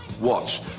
Watch